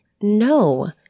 No